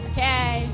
Okay